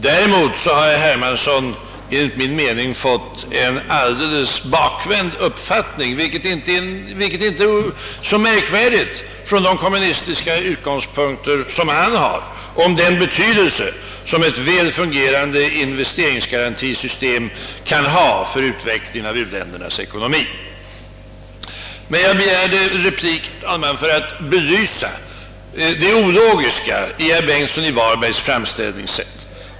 Däremot har herr Hermansson enligt min mening fått en alldeles bakvänd uppfattning, vilket inte är så märkvärdigt med hans kommunistiska utgångspunkter, om den betydelse som ett väl fungerande investeringsgarantisystem i många fall kan ha för utvecklingen av u-ländernas ekonomi. Herr talman! Jag begärde egentligen replik för att belysa det ologiska i herr Bengtssons i Varberg framställning.